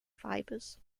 fibers